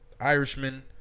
Irishman